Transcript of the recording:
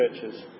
churches